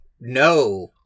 no